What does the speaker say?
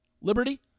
Liberty